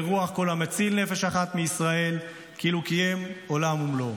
ברוח "כל המציל נפש אחת מישראל כאילו קיים עולם ומלואו",